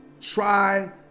try